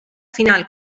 final